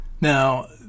Now